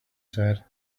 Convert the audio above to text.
said